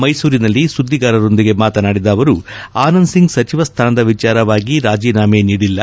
ಮೈಸೂರಿನಲ್ಲಿ ಸುದ್ದಿಗಾರರೊಂದಿಗೆ ಮಾತನಾಡಿದ ಅವರು ಆನಂದ್ ಸಿಂಗ್ ಸಚಿವ ಸ್ಥಾನದ ವಿಚಾರವಾಗಿ ರಾಜೀನಾಮೆ ನೀಡಿಲ್ಲ